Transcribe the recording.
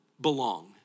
belong